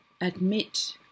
admit